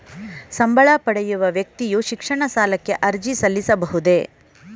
ಸಂಬಳ ಪಡೆಯುವ ವ್ಯಕ್ತಿಯು ಶಿಕ್ಷಣ ಸಾಲಕ್ಕೆ ಅರ್ಜಿ ಸಲ್ಲಿಸಬಹುದೇ?